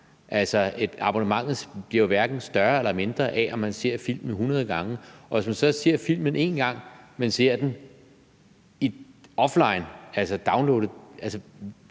Altså, abonnementet bliver jo hverken større eller mindre af, om man ser filmen 100 gange. Og hvis man så ser filmen én gang, men ser den offline, altså downloadet,